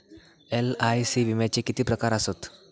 LIC विम्याचे किती प्रकार आसत?